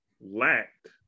lacked